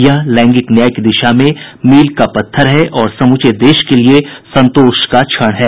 यह लैंगिक न्याय की दिशा में मील का पत्थर है और समूचे देश के लिए संतोष का क्षण है